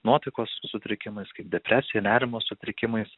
nuotaikos sutrikimas kaip depresija nerimo sutrikimais